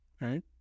right